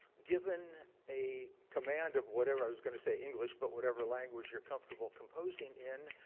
given a command of whatever, i was going to say english, but whatever language you're comfortable composing in.